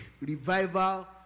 revival